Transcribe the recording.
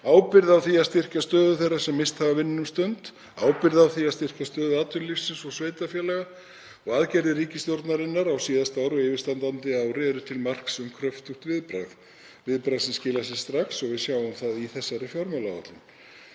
ábyrgð á því að styrkja stöðu þeirra sem misst hafa vinnu um stund, ábyrgð á því að styrkja stöðu atvinnulífsins og sveitarfélaga. Aðgerðir ríkisstjórnarinnar á síðasta ári og á yfirstandandi ári eru til marks um kröftugt viðbragð sem skilar sér strax, og við sjáum það í þessari fjármálaáætlun,